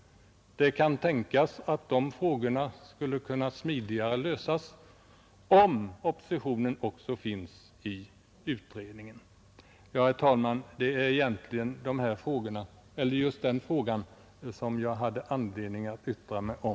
Det kan tänkas att den frågan kan lösas smidigare om oppositionen är representerad i utredningen. Herr talman! Det var den frågan jag hade anledning att yttra mig om.